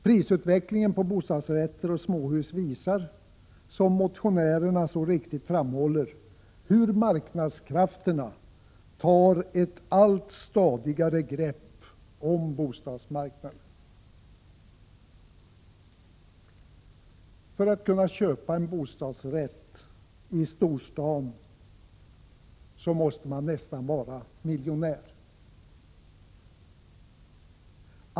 Prisutvecklingen för bostadsrätter och småhus visar, som motionärerna så riktigt framhåller, hur marknadskrafterna tar ett allt stadigare grepp om bostadsmarknaden. För att kunna köpa en bostadsrätt i storstaden måste man nästan vara miljonär.